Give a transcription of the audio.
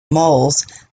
moles